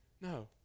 No